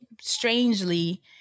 strangely